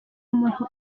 umuntu